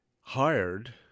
hired